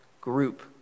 group